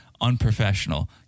unprofessional